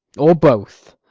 or both,